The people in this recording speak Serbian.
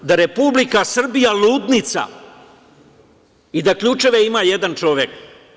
Da je Republika Srbija ludnica i da ključeve ima jedan čovek.